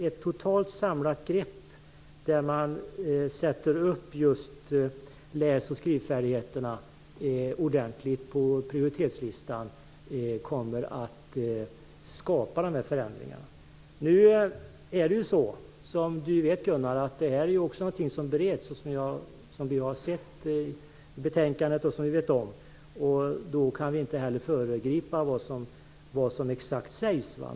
Ett samlat grepp där man sätter läs och skrivsvårigheter högt på prioriteringslistan kommer att skapa dessa förändringar. Som Gunnar Goude vet är detta någonting som bereds. Då kan vi inte heller föregripa det som exakt kommer att sägas.